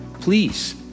please